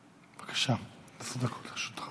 בצורה, בבקשה, עשר דקות לרשותך.